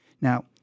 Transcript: Now